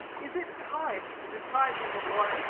is it kind to deprive him of what,